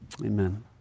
amen